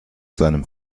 seinem